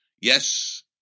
Yes